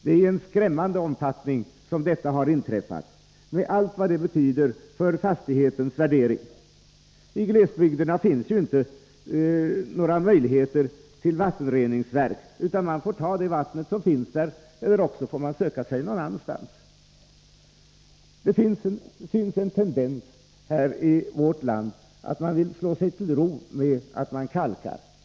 Detta har inträffat i skrämmande stor omfattning med allt vad det betyder för fastigheternas värdering. I glesbygderna finns ju inte några möjligheter till vattenreningsverk, utan man får ta det vatten som finns där, eller också får man söka sig någon annanstans. Det synes finnas en tendens här i vårt land att vilja slå sig till ro med att kalka.